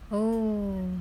oh